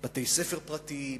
בתי-ספר פרטיים,